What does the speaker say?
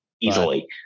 Easily